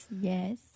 Yes